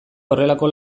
horrelako